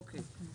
אוקיי.